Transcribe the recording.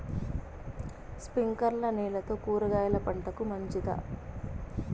స్ప్రింక్లర్లు నీళ్లతో కూరగాయల పంటకు మంచిదా?